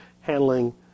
handling